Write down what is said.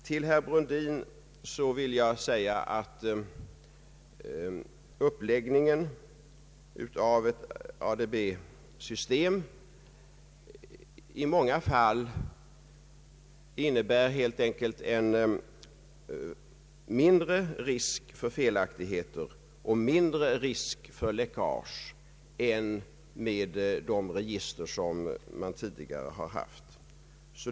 Till herr Brundin vill jag säga att uppläggningen av ett ADB-system i många fall innebär mindre risk för felaktigheter och mindre risk för läckage än de register som funnits tidigare.